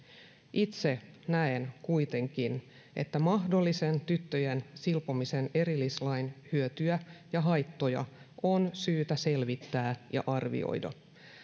itse näen kuitenkin että mahdollisen tyttöjen silpomisen erillislain hyötyjä ja haittoja on syytä selvittää ja arvioida